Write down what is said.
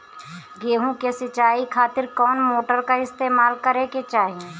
गेहूं के सिंचाई खातिर कौन मोटर का इस्तेमाल करे के चाहीं?